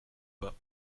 pas